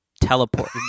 teleport